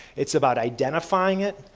it's about identifying it,